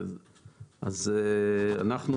אז אנחנו,